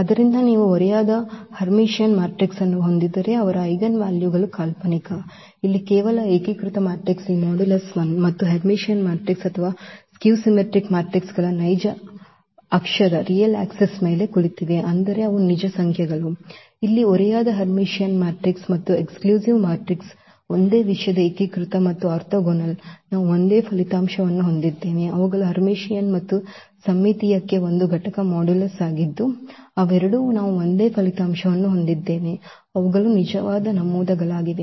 ಆದ್ದರಿಂದ ನೀವು ಓರೆಯಾದ ಹರ್ಮಿಟಿಯನ್ ಮ್ಯಾಟ್ರಿಕ್ಸ್ ಅನ್ನು ಹೊಂದಿದ್ದರೆ ಅವರ ಐಜೆನ್ವಾಲ್ಯೂಗಳು ಕಾಲ್ಪನಿಕ ಇಲ್ಲಿ ಕೇವಲ ಏಕೀಕೃತ ಮ್ಯಾಟ್ರಿಕ್ಸ್ ಈ ಮಾಡ್ಯುಲಸ್ 1 ಮತ್ತು ಹೆರ್ಮಿಟಿಯನ್ ಮ್ಯಾಟ್ರಿಕ್ಸ್ ಅಥವಾ ಸಮ್ಮಿತೀಯ ಮ್ಯಾಟ್ರಿಕ್ಸ್ ಮೌಲ್ಯಗಳು ನೈಜ ಅಕ್ಷದ ಮೇಲೆ ಕುಳಿತಿವೆ ಅಂದರೆ ಅವು ನಿಜ ಸಂಖ್ಯೆಗಳು ಇಲ್ಲಿ ಓರೆಯಾದ ಹರ್ಮಿಟಿಯನ್ ಮತ್ತು ಎಕ್ಸ್ಕ್ಲೂಸಿವ್ ಮೆಟ್ರಿಕ್ ಒಂದೇ ವಿಷಯದ ಏಕೀಕೃತ ಮತ್ತು ಆರ್ಥೋಗೋನಲ್ ನಾವು ಒಂದೇ ಫಲಿತಾಂಶವನ್ನು ಹೊಂದಿದ್ದೇವೆ ಅವುಗಳು ಹರ್ಮಿಟಿಯನ್ ಮತ್ತು ಸಮ್ಮಿತೀಯಕ್ಕೆ ಒಂದು ಘಟಕ ಮಾಡ್ಯುಲಸ್ ಆಗಿದ್ದು ಅವೆರಡಕ್ಕೂ ನಾವು ಒಂದೇ ಫಲಿತಾಂಶವನ್ನು ಹೊಂದಿದ್ದೇವೆ ಅವುಗಳು ನಿಜವಾದ ನಮೂದುಗಳಾಗಿವೆ